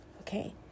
Okay